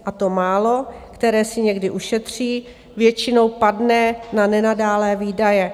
A to málo, které si někdy ušetří, většinou padne na nenadálé výdaje.